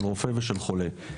של רופא ושל חולה,